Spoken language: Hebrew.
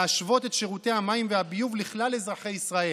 להשוות את שירותי המים והביוב לכלל אזרחי ישראל,